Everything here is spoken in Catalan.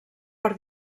per